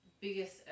Biggest